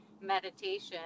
meditation